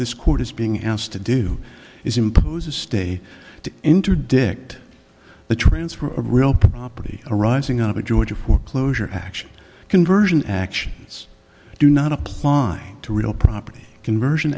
this court is being asked to do is impose a stay to interdict the transfer of real property arising out of a georgia foreclosure action conversion actions do not apply to real property conversion